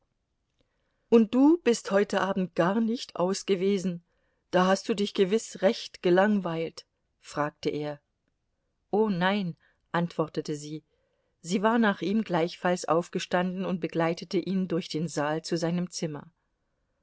und du bist heute abend gar nicht aus gewesen da hast du dich gewiß recht gelangweilt fragte er o nein antwortete sie sie war nach ihm gleichfalls aufgestanden und begleitete ihn durch den saal zu seinem zimmer